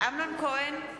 אמנון כהן,